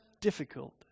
difficult